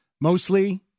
Mostly